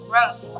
Rose